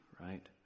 right